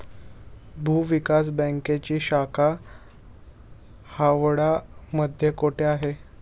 भूविकास बँकेची शाखा हावडा मध्ये कोठे आहे?